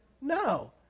No